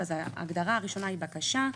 ההגדרה הראשונה היא בקשה.